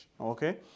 okay